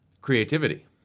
creativity